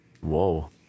whoa